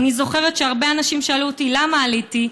אני זוכרת שהרבה אנשים שאלו אותי למה עליתי,